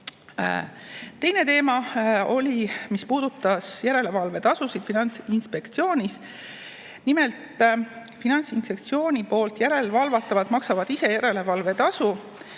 Teine teema puudutas järelevalvetasusid Finantsinspektsioonis. Nimelt, Finantsinspektsiooni järelevalvatavad maksavad ise järelevalvetasu,